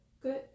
Good